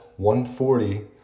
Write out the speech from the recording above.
140